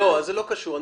זה לא קשור.